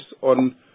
on